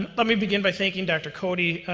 and let me begin by thanking dr. cody,